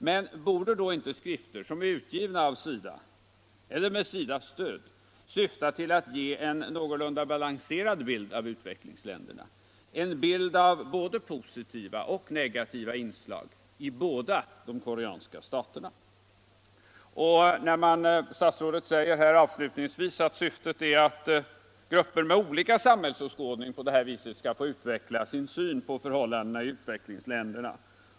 Men borde då inte skrifter som är utgivna av SIDA eller med SIDA:s stöd syfta till att ge en någorlunda balanserad bild av utvecklingsländerna, en bild av såväl positiva som negativa inslag i båda de koreanska staterna i detta fall? Statsrådet säger avslutningsvis att syftet är att grupper med olika samhällsåskådning på det här viset skall få utveckla sin syn på förhållandena i utvecklingsländerna.